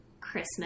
Christmas